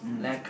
mm